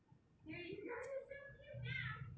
ya ya